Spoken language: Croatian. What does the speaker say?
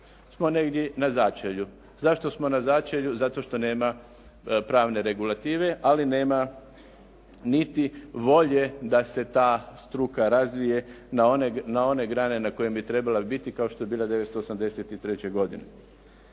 smo negdje na začelju. Zašto smo na začelju? Zato što nema pravne regulative, ali nema niti volje da se ta struka razvije na one grane na kojima bi trebala biti kao što je bila 1983. godine.